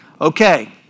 Okay